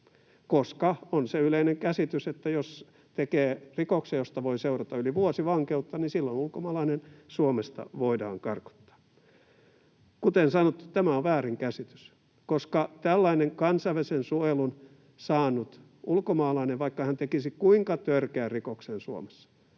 koska on se yleinen käsitys, että jos tekee rikoksia, joista voi seurata yli vuosi vankeutta, niin silloin ulkomaalainen voidaan karkottaa Suomesta. Kuten sanottu, tämä on väärinkäsitys, koska kansainvälisen suojelun saanutta ulkomaalaista, vaikka hän tekisi kuinka törkeän rikoksen Suomessa,